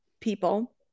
people